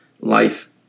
life